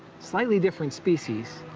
slightly different species,